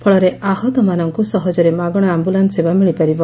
ଫଳରେ ଆହତମାନଙ୍କୁ ସହଜରେ ମାଗଣା ଆମ୍ପୁଲାନ୍ପ ସେବା ମିଳିପାରିବ